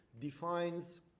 defines